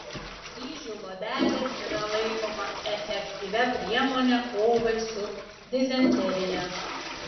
ryžių luobelė yra laikoma efektyvia priemone kovai su dizenterija